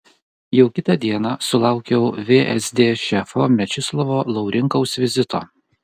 jau kitą dieną sulaukiau vsd šefo mečislovo laurinkaus vizito